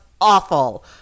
awful